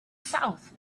south